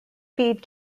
speed